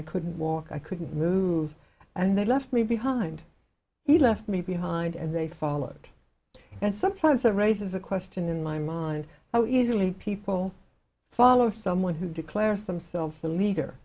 i couldn't walk i couldn't move and they left me behind he left me behind and they followed and sometimes that raises a question in my mind how easily people follow someone who declares themselves the leader